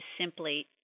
simply